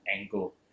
angle